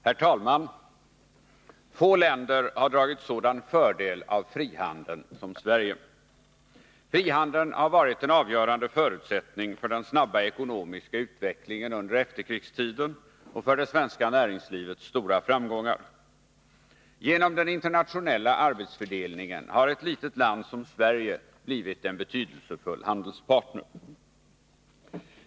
Herr talman! Få länder har dragit sådan fördel av frihandeln som Sverige. Frihandeln har varit en avgörande förutsättning för den snabba ekonomiska utvecklingen under efterkrigstiden och för det svenska näringslivets stora framgångar. Genom den internationella arbetsfördelningen har ett litet land som Sverige blivit en betydelsefull handelspartner.